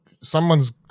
someone's